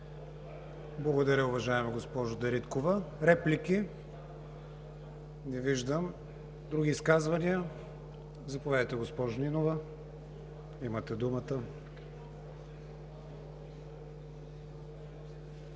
Благодаря, уважаема госпожо Дариткова. Реплики? Не виждам. Други изказвания? Заповядайте, госпожо Нинова – имате думата.